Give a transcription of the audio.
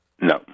No